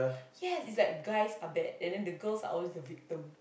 yes it's like guys are bad and then the girls are always the victim